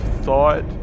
thought